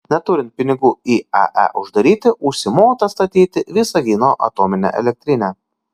neturint pinigų iae uždaryti užsimota statyti visagino atominę elektrinę